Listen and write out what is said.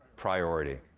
priority.